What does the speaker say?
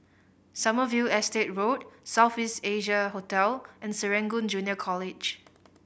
Sommerville Estate Road South East Asia Hotel and Serangoon Junior College